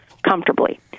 Comfortably